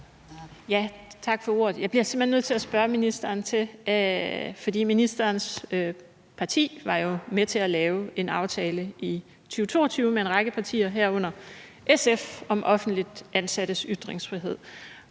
Tak for ordet. Jeg bliver simpelt hen nødt til at spørge ministeren om noget, for ministerens parti var jo med til at lave en aftale i 2022 med en række partier, herunder SF, om offentligt ansattes ytringsfrihed,